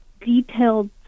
detailed